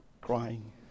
crying